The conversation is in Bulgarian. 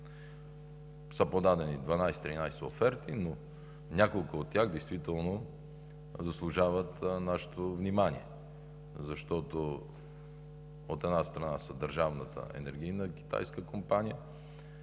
са подадени 12 – 13 оферти, но няколко от тях действително заслужават нашето внимание, защото, от една страна, са Държавната енергийна китайска компания,